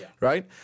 right